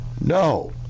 No